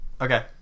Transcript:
Okay